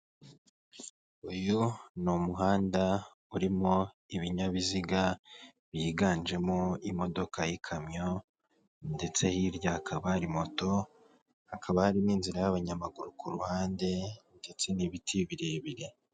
Uyu ni umuhanda urimo ibinyabiziga byiganjemo imodoka y'ikamyo, ndetse hirya hakaba hari moto, hakaba hari n'inzira y'abanyamaguru ku ruhande, ndetse n'ibiti birebire.